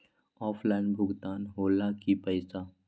Offline भुगतान हो ला कि पईसा?